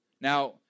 Now